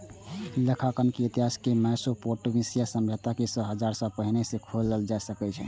लेखांकनक इतिहास मोसोपोटामिया सभ्यता सं हजार साल पहिने सं खोजल जा सकै छै